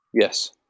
yes